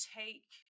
take